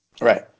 Right